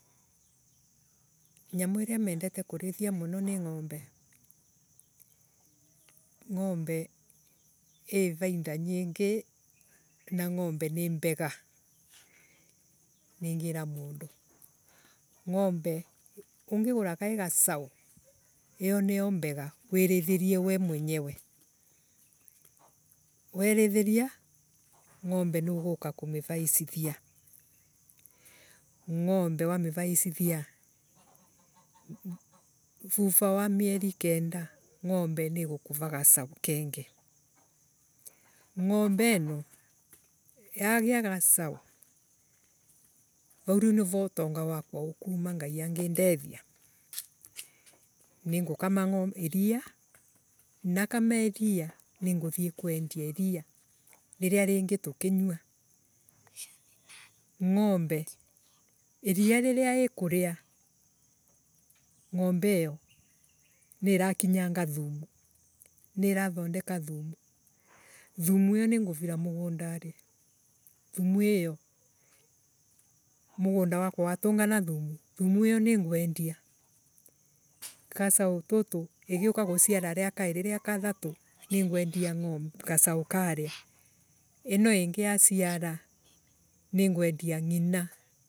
Nyamu iria mendete kurithia muno ni ngombe. Ngombe ii raida nyingi na ngombe ni mbega ningiira mundu. Ngombe ungigura kaii gacau. iyo niyo mbega wirithirie we mwenyewe. Werithiria ngombe nuguka kumivaicithia Wamivaicithia. vuva wa mlevi kenda. ngombe nigukura gacau kengi. Ngombe ino yagia gacau. vau nivo utonga wakwa ukuuma ngai angindeithia. Ningukama iria nakama iria ninguthie kuendia iria riria ringi tukinywa. Ngombe iria riria ikurya ngombe iyo niirakinyanga thumu niirathondeka thumu thumu iyo ninguvira mugundari thumu iyo mugunda wakwa watungana thumu thumu iyo ningwendia. Gacau tutu. igiuka kuciara ria kairi ria kathatu ningwendia ngo Gacaukaria ino ingi yo ciara ningwendia ngina.